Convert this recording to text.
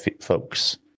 folks